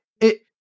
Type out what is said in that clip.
it-